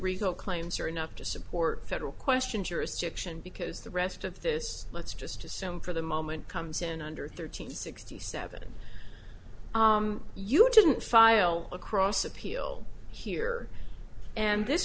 result claims are enough to support federal question jurisdiction because the rest of this let's just assume for the moment comes in under thirteen sixty seven you didn't file across appeal here and